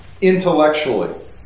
intellectually